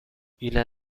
ile